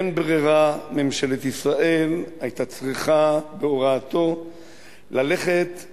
אין ברירה, ממשלת ישראל היתה צריכה בהוראתו להוציא